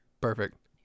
Perfect